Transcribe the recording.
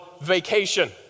vacation